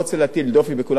אבל יש את התופעות האלה.